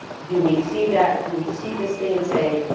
do we see that, do we see this thing and say,